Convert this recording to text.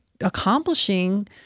accomplishing